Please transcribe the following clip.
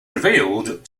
revealed